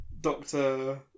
Doctor